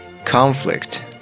Conflict